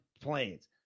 planes